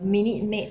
Minute Maid